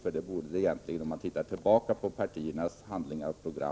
Det borde de egentligen göra, om man ser till partiernas program.